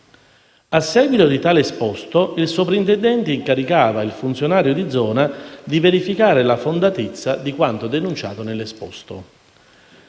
A seguito di tale esposto, il Soprintendente incaricava il funzionario di zona di verificare la fondatezza di quanto denunciato nell'esposto.